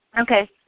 Okay